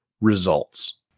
results